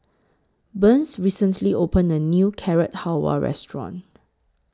Burns recently opened A New Carrot Halwa Restaurant